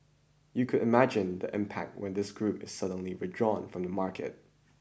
you could imagine the impact when this group is suddenly withdrawn from the market